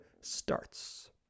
starts